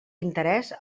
interès